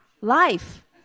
life